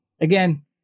again